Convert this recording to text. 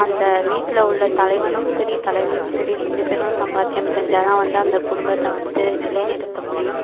அந்த வீட்டில் உள்ள தலைவனும் சரி தலைவியும் சரி ரெண்டு பேரும் சம்பாத்தியம் செஞ்சால் தான் வந்து அந்த குடும்பத்தை வந்து நிலைநிறுத்த முடியும்